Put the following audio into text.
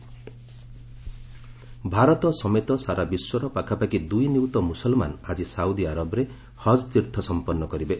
ହଜ୍ ଭାରତ ସମେତ ସାରା ବିଶ୍ୱର ପାଖାପାଖି ଦୁଇ ନିୟୁତ ମୁସଲମାନ ଆଜି ସାଉଦି ଆରବରେ ହକ୍ ତୀର୍ଥ ସଂପନ୍ନ କରିବେ